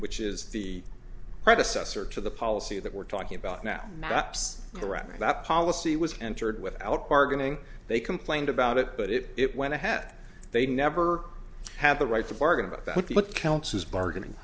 which is the predecessor to the policy that we're talking about now maps the record that policy was entered without bargaining they complained about it but it went ahead they never have the right to bargain about the what counts as bargaining